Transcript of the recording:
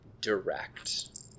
direct